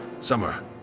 Summer